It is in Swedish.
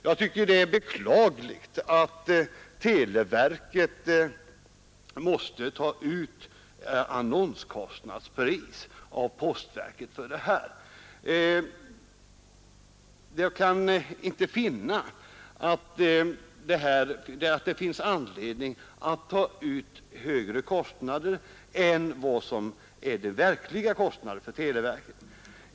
Jag tycker att det är beklagligt att televerket måste ta ut annonspris av postverket för detta. Jag kan inte finna någon anledning att ta ut högre kostnader än de verkliga kostnaderna för televerket.